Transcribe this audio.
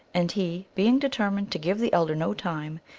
and he, being determined to give the elder no time,